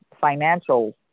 financial